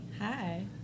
Hi